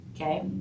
okay